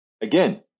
again